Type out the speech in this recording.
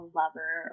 lover